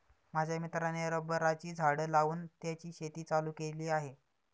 माझ्या मित्राने रबराची झाडं लावून त्याची शेती चालू केली आहे